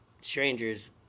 strangers